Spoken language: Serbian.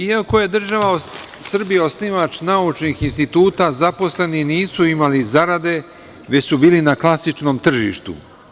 Iako je država Srbija osnivač naučnih instituta, zaposleni nisu imali zarade, već su bili na klasičnom tržištu.